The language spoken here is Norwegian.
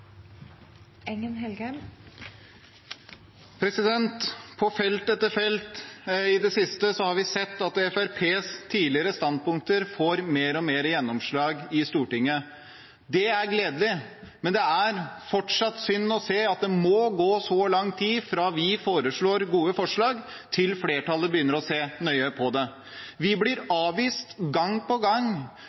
På felt etter felt har vi i det siste sett at Fremskrittspartiets tidligere standpunkter mer og mer får gjennomslag i Stortinget. Det er gledelig, men det er fortsatt synd å se at det må gå så lang tid fra vi legger fram gode forslag, til flertallet begynner å se nøye på det. Vi blir avvist gang på gang